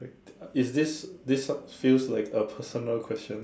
is this this feels like a personal question